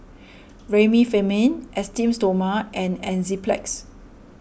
Remifemin Esteem Stoma and Enzyplex